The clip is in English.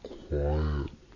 quiet